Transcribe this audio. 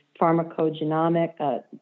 pharmacogenomic